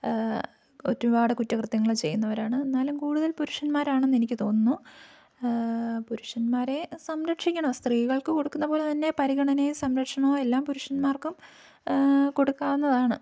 ഒരുപാട് കുറ്റകൃത്യങ്ങൾ ചെയ്യുന്നവരാണ് എന്നാലും കൂടുതൽ പുരുഷന്മാരാണെന്നെനിക്കു തോന്നുന്നു പുരുഷന്മാരെ സംരക്ഷിക്കണം സ്ത്രീകൾക്കു കൊടുക്കുന്ന പോലെ തന്നെ പരിഗണനയും സംരക്ഷണവും എല്ലാം പുരുഷന്മാർക്കും കൊടുക്കാവുന്നതാണ്